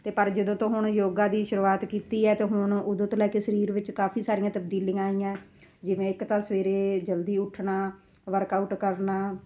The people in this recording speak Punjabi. ਅਤੇ ਪਰ ਜਦੋਂ ਤੋਂ ਹੁਣ ਯੋਗਾ ਦੀ ਸ਼ੁਰੂਆਤ ਕੀਤੀ ਹੈ ਅਤੇ ਹੁਣ ਉਦੋਂ ਤੋਂ ਲੈ ਕੇ ਸਰੀਰ ਵਿੱਚ ਕਾਫ਼ੀ ਸਾਰੀਆਂ ਤਬਦੀਲੀਆਂ ਆਈਆਂ ਜਿਵੇਂ ਇੱਕ ਤਾਂ ਸਵੇਰੇ ਜਲਦੀ ਉੱਠਣਾ ਵਰਕਆਊਟ ਕਰਨਾ